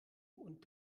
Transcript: und